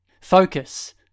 Focus